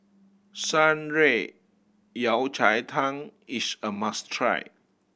Shan Rui Yao Cai Tang is a must try